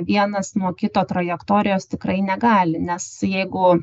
vienas nuo kito trajektorijos tikrai negali nes jeigu